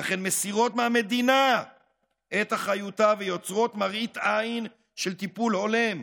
אך הן מסירות מהמדינה את אחריותה ויוצרות מראית עין של טיפול הולם,